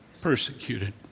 Persecuted